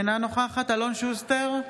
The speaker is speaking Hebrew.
אינה נוכחת אלון שוסטר,